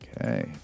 Okay